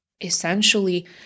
essentially